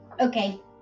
Okay